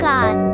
God